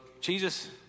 Jesus